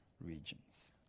regions